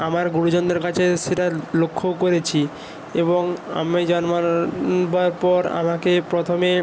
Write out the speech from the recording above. আমার গুরুজনদের কাছে সেটা লক্ষ্য করেছি এবং আমি জন্মানোর বা পর আমাকে প্রথমে